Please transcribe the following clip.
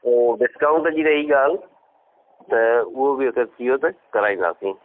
पोइ डिस्काउंट जी रही ॻाल्हि त उहो बि अगरि थी वियो त कराईंदासीं